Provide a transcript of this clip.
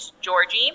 Georgie